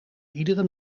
iedere